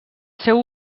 seu